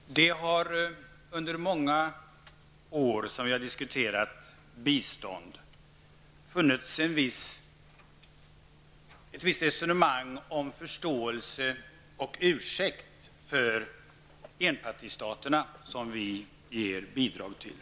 Fru talman! Det har under de många år som vi har diskuterat bistånd funnits ett visst resonemang om förståelse och ursäkt för de enpartistater som vi ger bidrag till.